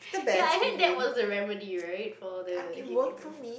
ya I heard that was the remedy right for the heatiness